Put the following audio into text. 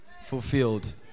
Fulfilled